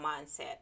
mindset